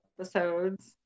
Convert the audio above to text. episodes